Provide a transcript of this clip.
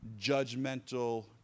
judgmental